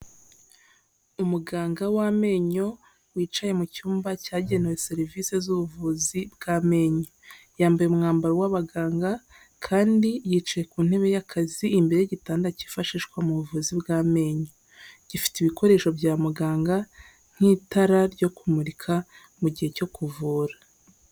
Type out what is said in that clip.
Umuganga w'amenyo wicaye mu cyumba cyagenewe serivisi z'ubuvuzi bw'amenyo yambaye umwambaro w'abaganga, kandi yicaye ku ntebe y'akazi imbere y'igitanda kifashishwa mu buvuzi bw'amenyo, gifite ibikoresho bya muganga nk'itara ryo kumurika mu gihe cyo kuvura.